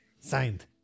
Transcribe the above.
signed